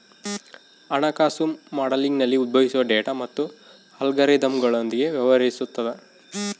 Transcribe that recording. ಹಣಕಾಸು ಮಾಡೆಲಿಂಗ್ನಲ್ಲಿ ಉದ್ಭವಿಸುವ ಡೇಟಾ ಮತ್ತು ಅಲ್ಗಾರಿದಮ್ಗಳೊಂದಿಗೆ ವ್ಯವಹರಿಸುತದ